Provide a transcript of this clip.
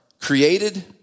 created